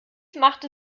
machte